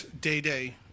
Day-Day